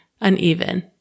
uneven